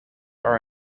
are